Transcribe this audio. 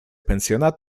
pensjona